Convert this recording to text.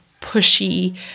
pushy